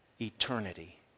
eternity